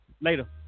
Later